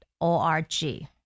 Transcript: O-R-G